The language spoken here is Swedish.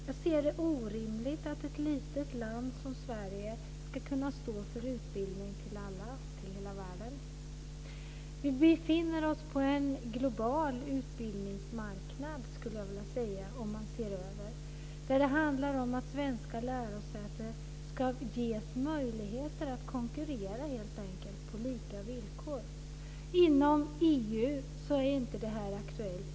Jag ser det som orimligt att ett litet land som Sverige ska kunna stå för utbildning till alla, till hela världen. Vi befinner oss på en global utbildningsmarknad, skulle jag vilja säga, där det handlar om att svenska lärosäten helt enkelt ska ges möjligheter att konkurrera på lika villkor. Inom EU är inte detta aktuellt.